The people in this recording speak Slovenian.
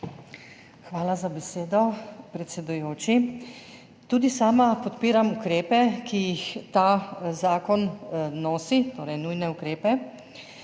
Hvala za besedo, predsedujoči. Tudi sama podpiram ukrepe, ki jih nosi ta zakon, torej nujne ukrepe,